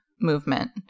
movement